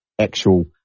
actual